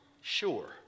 sure